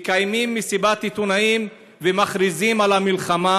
מקיימים מסיבת עיתונאים ומכריזים מלחמה,